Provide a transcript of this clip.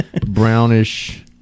Brownish